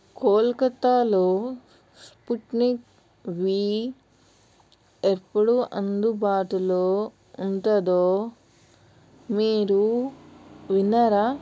కలకత్తాలో Sputnik V ఎప్పుడు అందుబాటులో ఉంటుందో మీరు విన్నారా